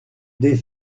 des